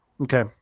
Okay